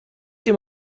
dem